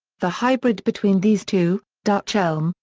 the hybrid between these two, dutch elm,